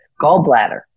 gallbladder